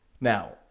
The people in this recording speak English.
Now